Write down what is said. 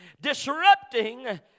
Disrupting